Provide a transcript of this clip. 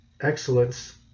excellence